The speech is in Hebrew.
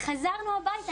חזרנו הביתה.